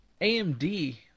AMD